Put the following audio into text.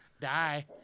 die